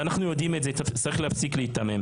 אנחנו יודעים את זה, וצריך להפסיק להיתמם.